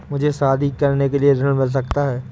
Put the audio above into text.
क्या मुझे शादी करने के लिए ऋण मिल सकता है?